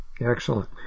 excellent